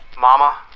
Mama